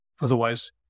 Otherwise